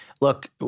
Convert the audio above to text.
look